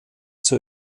zur